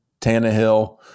Tannehill